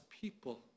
people